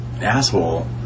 asshole